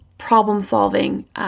problem-solving